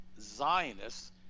Zionists